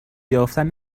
یافتن